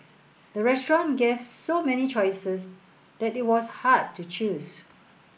the restaurant gave so many choices that it was hard to choose